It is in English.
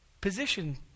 position